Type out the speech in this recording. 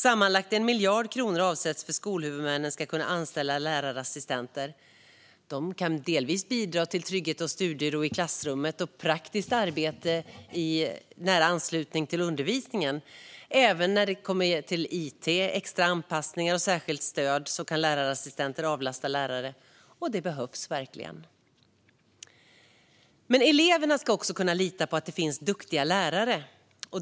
Sammanlagt 1 miljard kronor avsätts för att skolhuvudmännen ska kunna anställa lärarassistenter. De kan bidra till trygghet och studiero i klassrummet, liksom till praktiskt arbete i anslutning till undervisning. Även när det gäller it, extra anpassningar och särskilt stöd kan lärarassistenter avlasta lärare, och det behövs verkligen. Eleverna ska också kunna lita på att det finns duktiga lärare.